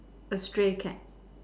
A stray cat